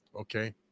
Okay